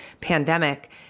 pandemic